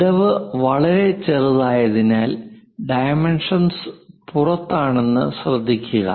വിടവ് വളരെ ചെറുതായതിനാൽ ഡൈമെൻഷൻ പുറത്താണെന്ന് ശ്രദ്ധിക്കുക